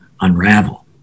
unravel